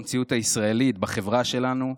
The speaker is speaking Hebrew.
במציאות הישראלית בחברה שלנו,